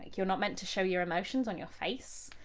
you're not meant to show your emotions on your face.